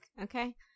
okay